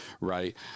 right